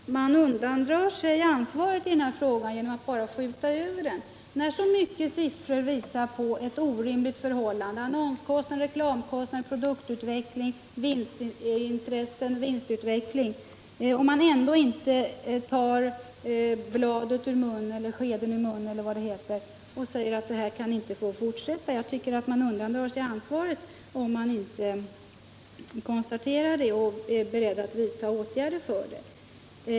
Herr talman! Jag tycker att man undandrar sig ansvaret i den här frågan genom att bara skjuta över den. När så mycket siffror visar på ett orimligt förhållande — annonskostnader, reklamkostnader, produktutveckling, vinstutveckling — borde utskottet ha tagit bladet från munnen och sagt: Detta kan inte få fortsätta! Man undandrar sig ansvaret, om man inte är beredd att vidta åtgärder.